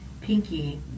Pinky